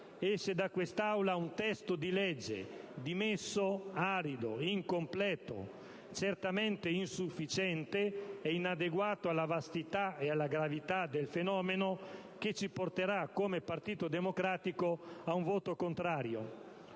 Esce da questa Aula un testo di legge dimesso, arido, incompleto, certamente insufficiente e inadeguato alla vastità e alla gravità del fenomeno, che ci porterà come Partito Democratico ad un voto contrario.